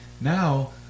Now